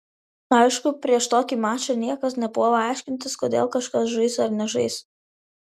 aišku prieš tokį mačą niekas nepuola aiškintis kodėl kažkas žais ar nežais